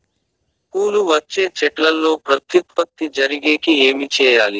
పూలు వచ్చే చెట్లల్లో ప్రత్యుత్పత్తి జరిగేకి ఏమి చేయాలి?